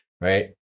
right